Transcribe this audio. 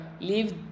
leave